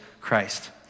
Christ